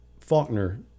Faulkner